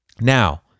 Now